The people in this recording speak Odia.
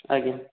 ଆଜ୍ଞା